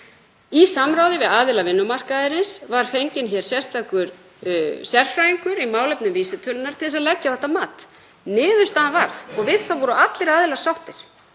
Í samráði við aðila vinnumarkaðarins var fenginn sérstakur sérfræðingur í málefnum vísitölunnar til að leggja á þetta mat. Niðurstaðan varð, og við það voru allir aðilar sáttir,